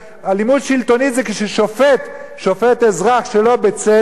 אלימות שלטונית זה כששופט שופט אזרח שלא בצדק.